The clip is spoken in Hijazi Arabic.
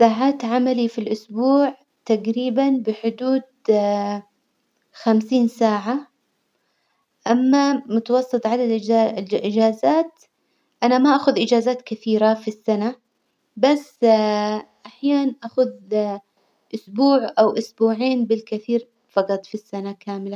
ساعات عملي في الأسبوع تجريبا بحدود خمسين ساعة، أما متوسط عدد الإج- الإجازات أنا ما أخذ إجازات كثيرة في السنة، بس أحيان أخذ أسبوع أو أسبوعين بالكثير فجط في السنة كاملة.